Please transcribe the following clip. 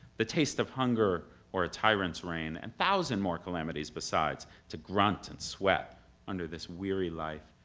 the taste of hunger, or a tyrant's reign, and thousand more calamities besides, to grunt and sweat under this weary life,